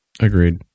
Agreed